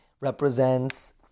represents